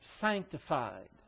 sanctified